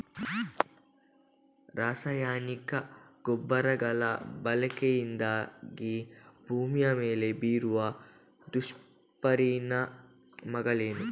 ರಾಸಾಯನಿಕ ಗೊಬ್ಬರಗಳ ಬಳಕೆಯಿಂದಾಗಿ ಭೂಮಿಯ ಮೇಲೆ ಬೀರುವ ದುಷ್ಪರಿಣಾಮಗಳೇನು?